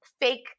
fake